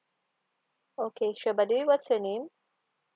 okay sure but do you what's your name